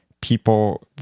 people